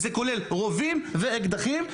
זה כולל רובים ואקדחים,